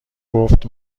گفت